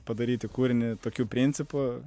padaryti kūrinį tokiu principu